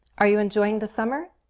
are you enjoying the summer?